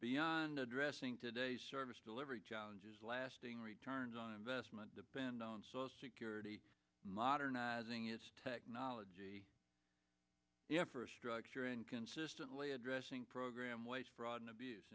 beyond addressing today's service delivery challenges lasting returns on investment depend on social security modernizing its technology yet for a structure and consistently addressing program waste fraud and abuse